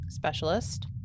specialist